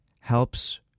helps